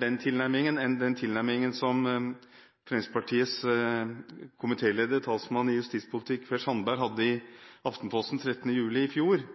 den tilnærmingen enn den som Fremskrittspartiets komitéleder og justispolitisk talsmann, Per Sandberg, hadde i Aftenposten 13. juli i fjor.